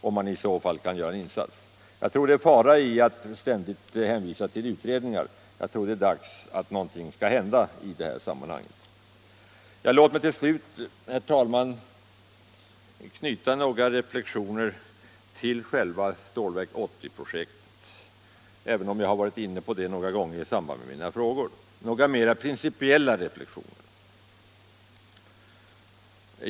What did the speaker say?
Jag tror som sagt att det ligger en fara i att ständigt hänvisa 28 till utredningar, jag tror att det är dags att någonting konkret händer i detta sammanhang. Låt mig till slut, herr talman, knyta några mera principiella reflexioner till själva Stålverk 80-projektet även om jag varit inne på detta några gånger i samband med mina frågor.